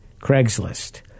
Craigslist